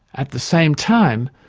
at the same time,